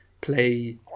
play